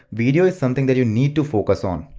video is something that you need to focus on.